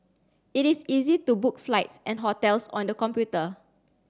it is easy to book flights and hotels on the computer